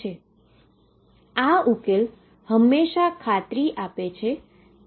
તેથી આ ઉકેલ હંમેશાં ખાતરી આપે છે